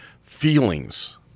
feelings